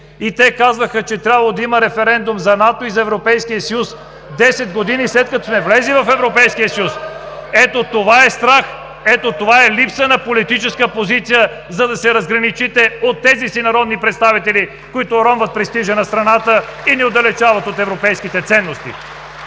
и те казваха, че трябвало да има референдум за НАТО и за Европейския съюз – 10 години след като сме влезли в Европейския съюз! Ето, това е страх! Ето, това е липса на политическа позиция, за да се разграничите от тези си народни представители, които уронват престижа на страната и ни отдалечават от европейските ценности!